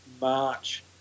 March